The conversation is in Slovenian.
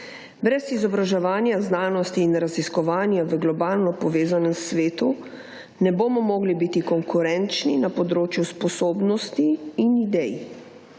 Brez izobraževanja, znanosti in raziskovanja v globalno povezanem svetu, ne bomo mogli biti konkurenčni na področju sposobnosti in idej.